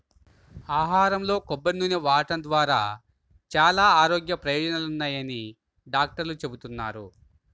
ఆహారంలో కొబ్బరి నూనె వాడటం ద్వారా చాలా ఆరోగ్య ప్రయోజనాలున్నాయని డాక్టర్లు చెబుతున్నారు